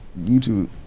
YouTube